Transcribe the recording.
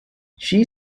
she